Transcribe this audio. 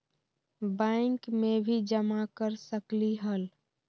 Bank में भी जमा कर सकलीहल?